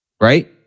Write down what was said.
right